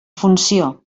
funció